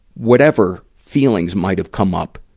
whatever feelings might have come up,